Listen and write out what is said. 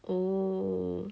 oh